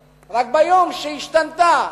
רק ביום שהשתנתה